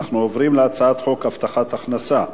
אנחנו עוברים להצעת חוק הבטחת הכנסה (תיקון,